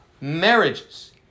marriages